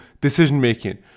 decision-making